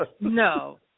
No